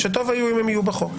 יכול להיות שטוב היה אם הם יהיו בחוק.